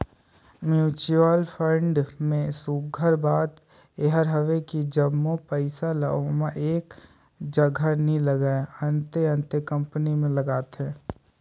mutual fund में सुग्घर बात एहर हवे कि जम्मो पइसा ल ओमन एक जगहा नी लगाएं, अन्ते अन्ते कंपनी में लगाथें